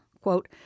Quote